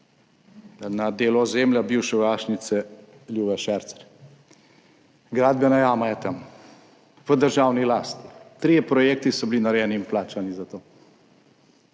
na delu ozemlja bivše vojašnice Ljuba Šercerja. Gradbena jama je tam v državni lasti. Trije projekti so bili narejeni in plačani za to.